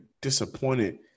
disappointed